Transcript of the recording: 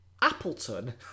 Appleton